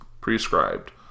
prescribed